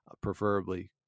preferably